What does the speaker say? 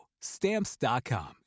Stamps.com